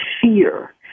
fear